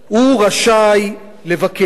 הוא רשאי לבקש